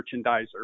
merchandiser